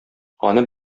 аны